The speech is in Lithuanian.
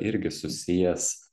irgi susijęs